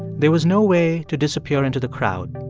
there was no way to disappear into the crowd.